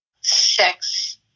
sex